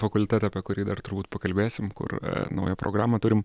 fakultete apie kurį dar turbūt pakalbėsim kur naują programą turim